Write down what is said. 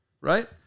right